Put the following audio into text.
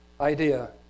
idea